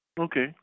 Okay